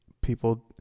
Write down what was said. people